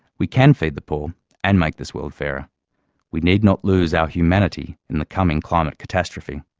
we can feed the poor and make this world fairer we need not lose our humanity in the coming climate catastrophe.